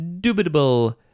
dubitable